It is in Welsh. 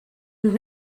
ond